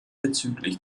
bezüglich